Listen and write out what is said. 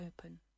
open